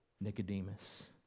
Nicodemus